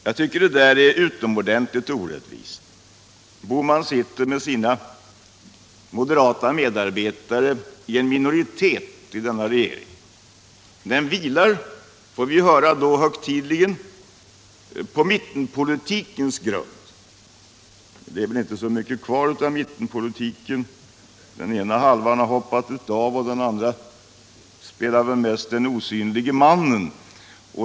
Jag tycker det är utomordentligt orättvist. Gösta Bohman sitter med sina moderata medarbetare i en minoritet i denna regering. Den vilar, får vi höra högtidligen, på mittenpolitikens grund. Det är inte så mycket kvar av mittenpolitiken — den ena halvan har hoppat av och den andra spelar mest den osynlige mannen.